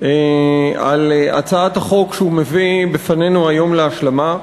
על הצעת החוק שהוא מביא בפנינו היום להשלמה.